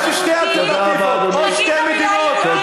יש שתי אלטרנטיבות: או שתי מדינות, יהודית.